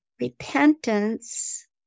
repentance